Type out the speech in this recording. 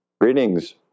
Greetings